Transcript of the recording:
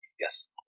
Yes